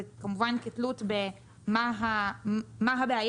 זה כמובן כתלות במה הבעיה,